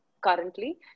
currently